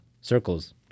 Circles